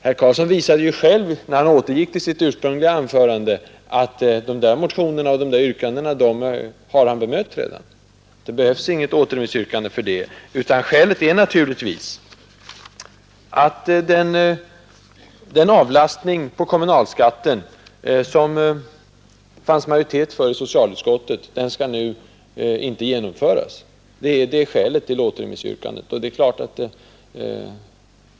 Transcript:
Herr Karlsson visade ju själv när han återgick till sitt ursprungliga anförande att de där motionerna och yrkandena har han redan bemött. Där behövs inte något återremissyrkande. Skälet är naturligtvis att den avlastning av trycket på kommunalskatten, som det fanns majoritet för i socialutskottet, nu inte skall genomföras.